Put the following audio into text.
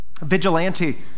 vigilante